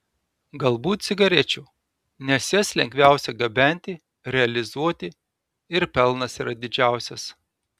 galbūt cigarečių nes jas lengviausia gabenti realizuoti ir pelnas yra didžiausias